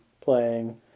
playing